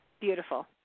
Beautiful